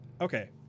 Okay